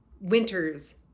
winters